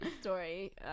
story